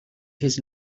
his